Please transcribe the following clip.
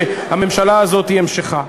שהממשלה הזו היא המשכה?